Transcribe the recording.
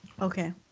Okay